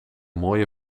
mooie